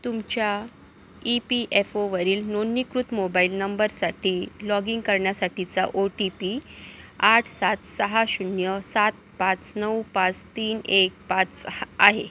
तुमच्या E P F ओवरील नोंदणीकृत मोबाईल नंबरसाठी लॉगिंग करण्यासाठीचा ओ टी पी आठ सात सहा शून्य सात पाच नऊ पाच तीन एक पाच हा आहे